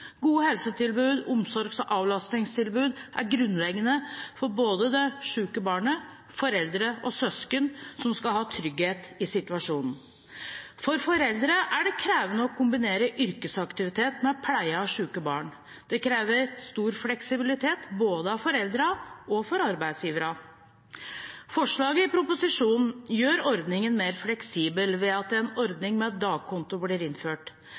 Gode helsetilbud, omsorgs- og avlastningstilbud er grunnleggende for både det syke barnet, foreldre og søsken som skal ha trygghet i situasjonen. For foreldre er det krevende å kombinere yrkesaktivitet med pleie av syke barn. Det krever stor fleksibilitet både av foreldrene og av arbeidsgiverne. Forslaget i proposisjonen gjør ordningen mer fleksibel ved at en ordning med dagkonto blir innført.